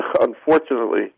Unfortunately